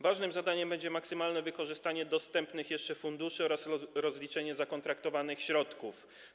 Ważnym zadaniem będzie maksymalne wykorzystanie dostępnych jeszcze funduszy oraz rozliczenie zakontraktowanych środków.